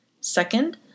Second